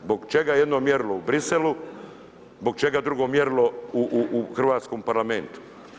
Zbog čega jedno mjerilo u Briselu, zbog čega drugo mjerilo u Hrvatskom parlamentu?